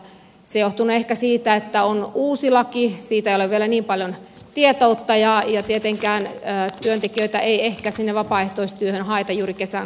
se johtunee ehkä siitä että on uusi laki siitä ei ole vielä niin paljon tietoutta ja tietenkään työntekijöitä ei ehkä vapaaehtoistyöhön haeta juuri kesän korvilla